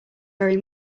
very